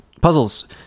Puzzles